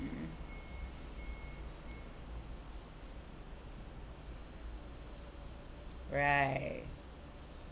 right